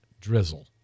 drizzle